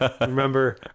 remember